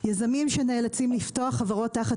או ביזמים שנאלצים לפתוח חברות תחת